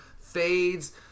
fades